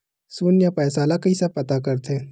शून्य पईसा ला कइसे पता करथे?